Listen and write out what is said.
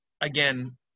again